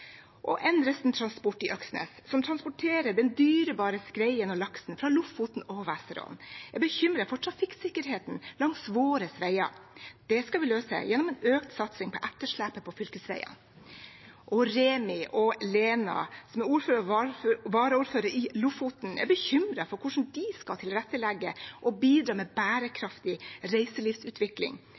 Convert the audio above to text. Transport i Øksnes, som transporterer den dyrebare skreien og laksen fra Lofoten og Vesterålen, er bekymret for trafikksikkerheten langs våre veier. Det skal vi løse gjennom en økt satsing på etterslepet på fylkesveiene. Remi og Lena, som er ordfører og varaordfører i Lofoten, er bekymret for hvordan de skal tilrettelegge og bidra med bærekraftig reiselivsutvikling.